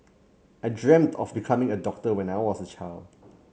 I dreamt of becoming a doctor when I was a child